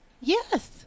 Yes